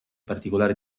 particolare